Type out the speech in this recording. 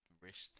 wrist